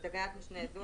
בתקנת משנה זו,